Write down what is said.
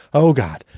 oh, god.